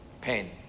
pain